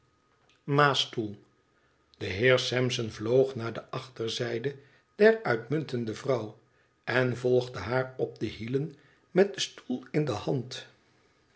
ma's stoel de heer sampson vloog naar de achterzijde der uitmuntende vrouw en volgde haar op de hielen met den stoel in de hand